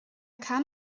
kam